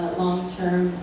long-term